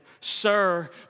Sir